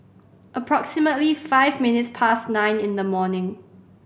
approximately five minutes past nine in the morning